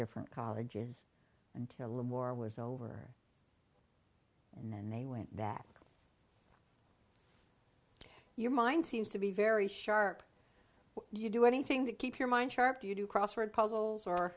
different colleges until the war was over and then they went back to your mind seems to be very sharp you do anything to keep your mind sharp do you do crossword puzzles or